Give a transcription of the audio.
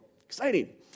exciting